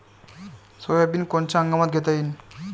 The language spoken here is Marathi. सोयाबिन कोनच्या हंगामात घेता येईन?